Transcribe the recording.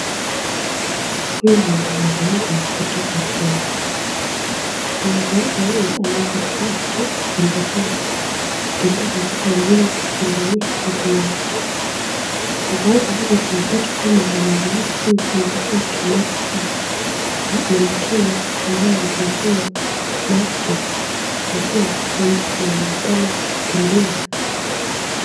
Huyu ni mwanariadha kutoka Kenya. Mwanariadha huyu anaweza kuwa ako kukimbilia, kukimbia katika ingine kushindania nchi yake. Kwenye bango hili tunapata kuwa mwanariadha huyu anaitwa Kimeli Sang na ni mkenya ambaye alizaliwa Machi na pia ni mtu mwenye anapenda kukimbia.